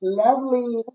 lovely